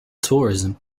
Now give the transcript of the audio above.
tourism